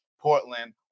Portland